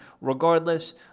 Regardless